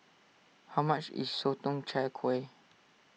how much is Sotong Char Kway